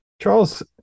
Charles